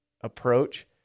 approach